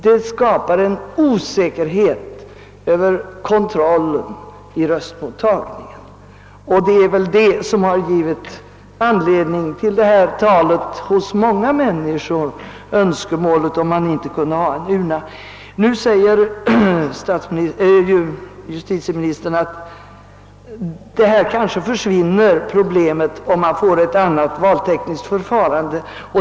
Det skapar en osäkerhet över kontrollen vid röstmottagningen, och det är väl det som har givit anledning till önskemålet hos många människor om att man kunde ha en urna. Justitieministern säger att problemet kanske försvinner, om man får ett annat valtekniskt förfarande.